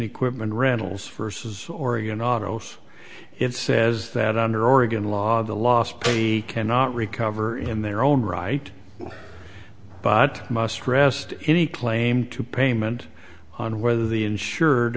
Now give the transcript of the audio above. equipment rentals for says oregon autos it says that under oregon law the last pay cannot recover in their own right but must rest any claim to payment on whether the insured